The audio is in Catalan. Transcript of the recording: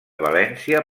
valència